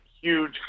huge